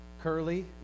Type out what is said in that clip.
Curly